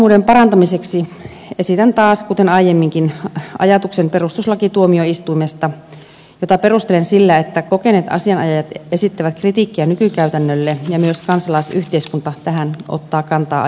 oikeusvarmuuden parantamiseksi esitän taas kuten aiemminkin ajatuksen perustuslakituomioistuimesta jota perustelen sillä että kokeneet asianajajat esittävät kritiikkiä nykykäytännölle ja myös kansalaisyhteiskunta tähän ottaa kantaa ajoittain